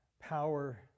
power